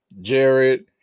Jared